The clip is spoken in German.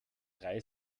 drei